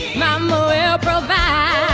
mama will ah provide.